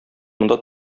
монда